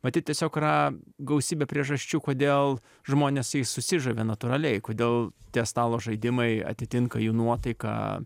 matyt tiesiog yra gausybė priežasčių kodėl žmonės jais susižavi natūraliai kodėl tie stalo žaidimai atitinka jų nuotaiką